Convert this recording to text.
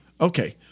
Okay